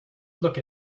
look